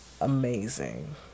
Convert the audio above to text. amazing